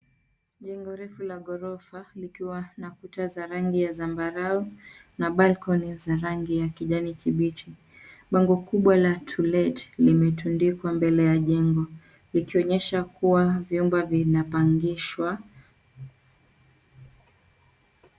Jengo refu la ghorofa likiwa na kuta za rangi ya zambarau na balcony(cs) za rangi ya kijani kibichi bango kubwa la to let(cs) limetundikwa mbele ya jengo likionyesha vyumba vinapangishwa.